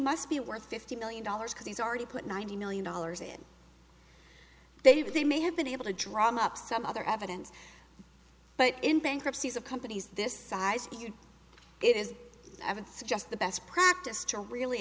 must be worth fifty million dollars because he's already put ninety million dollars in they they may have been able to drum up some other evidence but in bankruptcies of companies this size it is i would suggest the best practice to really